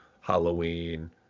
Halloween